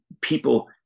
people